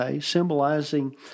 symbolizing